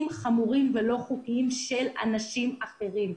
חמורים ולא חוקיים של אנשים אחרים.